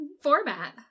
format